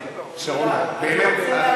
שרון, באמת.